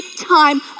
time